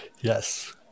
Yes